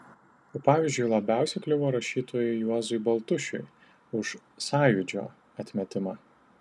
pavyzdžiui labiausiai kliuvo rašytojui juozui baltušiui už sąjūdžio atmetimą